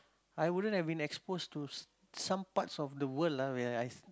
I wouldn't have been exposed to s~ some parts of the world ah where I